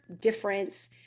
difference